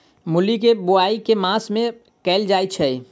मूली केँ बोआई केँ मास मे कैल जाएँ छैय?